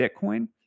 Bitcoin